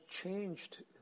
changed